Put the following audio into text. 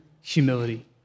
humility